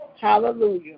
Hallelujah